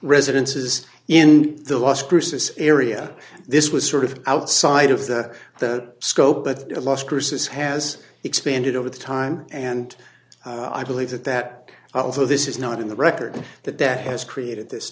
residences in the last bruce's area this was sort of outside of the the scope but the last christmas has expanded over the time and i believe that that although this is not in the record that that has created this